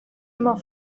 immer